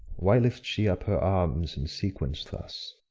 why lifts she up her arms in sequence thus?